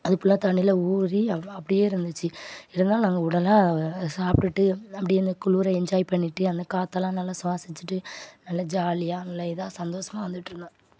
அது ஃபுல்லாக தண்ணியில் ஊறி அப் அப்படியே இருந்துச்சு இருந்தாலும் நாங்கள் விடல அதை சாப்பிட்டுட்டு அப்டியே அந்த குளிர என்ஜாய் பண்ணிகிட்டு அந்த காற்றெல்லாம் நல்லா சுவாசிச்சுட்டு நல்ல ஜாலியாக நல்ல இதாக சந்தோஷமா வந்துகிட்டுருந்தோம்